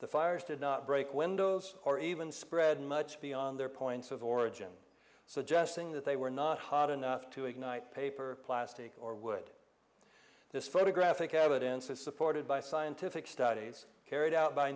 the fires did not break windows or even spread much beyond their points of origin suggesting that they were not hot enough to ignite paper plastic or would this photographic evidence is supported by scientific studies carried out by